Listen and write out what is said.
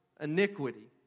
iniquity